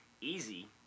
easy